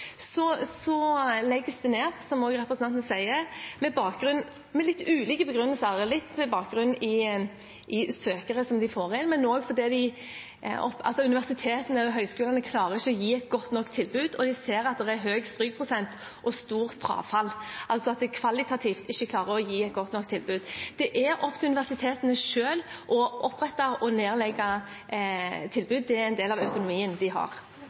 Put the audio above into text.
legges de ned, som også representanten sier, med litt ulike begrunnelser. Litt har bakgrunn i søkerne de får inn, men noe også i at universitetene og høyskolene ikke klarer å gi et godt nok tilbud. De ser at det er høy strykprosent og stort frafall – altså at de kvalitativt ikke klarer å gi et godt nok tilbud. Det er opp til universitetene selv å opprette og nedlegge tilbud, det er en del av økonomien de har.